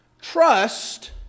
Trust